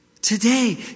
Today